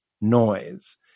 noise